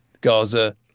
gaza